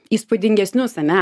įspūdingesnius ane